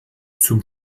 zum